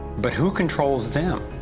but who controls them?